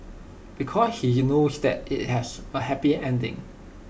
because he knows that IT has A happy ending